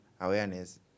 awareness